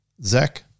Zach